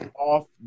off